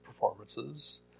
performances